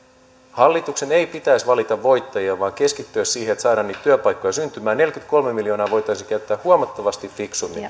hallituksen ei pitäisi valita voittajia vaan keskittyä siihen että saadaan niitä työpaikkoja syntymään neljäkymmentäkolme miljoonaa voitaisiin käyttää huomattavasti fiksummin